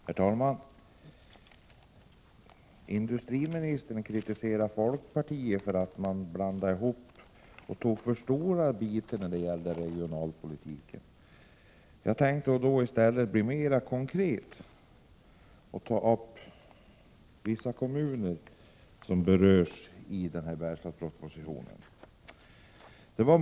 Herr talman! Industriministern kritiserar folkpartiet för att blanda ihop olika saker och ta upp för stora bitar när det gäller regionalpolitiken. Jag skall vara mer konkret och ta upp vissa kommuner som berörs i Bergslagspropositionen.